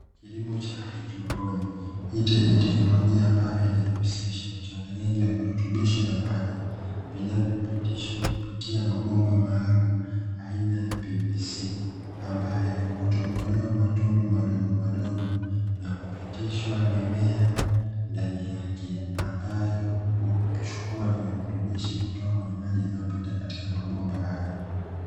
Kilimo cha haidroponi hii ni teknnolojia ambayo inahusisha uchanganyaji wa virutubisho na maji vinavyopitishwa kupitia mabomba maalumu aina ya pvc, ambayo hutobolewa matundu madogomadogo, na kupitishwa mimea ndani yake ambayo huchukua virutubisho kutoka kwenye maji yanayopita katika mabomba hayo.